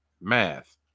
math